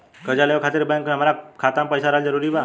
कर्जा लेवे खातिर बैंक मे हमरा खाता मे पईसा रहल जरूरी बा?